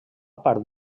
part